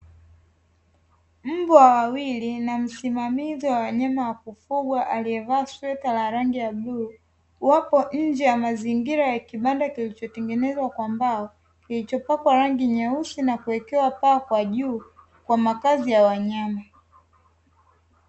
Mbwa wawili na msimamizi wa wanyama wa kufugwa aliyevaa sweta la rangi ya bluu, wapo nje ya mazingira ya kibanda kilichotengenezwa kwa mbao kilichopakwa rangi nyeusi na kuwekewa paa kwa juu kwa makazi ya wanyama.